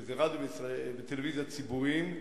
שזה רדיו וטלוויזיה ציבוריים,